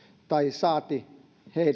saati